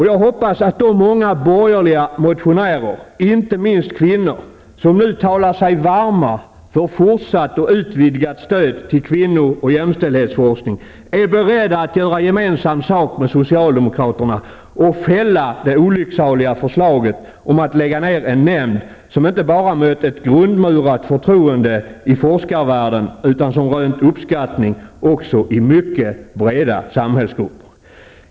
Jag hoppas att de många borgerliga motionärer, inte minst kvinnor, som nu talar sig varma för fortsatt och utvidgat stöd till kvinno och jämställdhetsforskning, är beredda att göra gemensam sak med socialdemokraterna och fälla det olycksaliga förslaget om att lägga ner en nämnd som inte bara mött ett grundmurat förtroende i forskarvärlden utan som rönt uppskattning också i mycket breda samhällsgrupper.